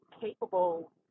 capable